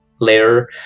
layer